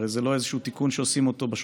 הרי זה לא איזה תיקון שעושים בשוטף.